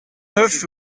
neuf